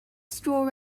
straw